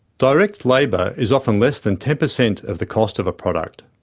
direct labour is often less than ten percent of the cost of a product.